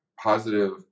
positive